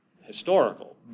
historical